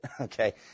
Okay